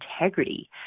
integrity